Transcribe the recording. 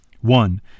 One